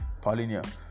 Paulinia